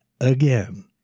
Again